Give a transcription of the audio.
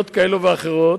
יש לנו הצטברות,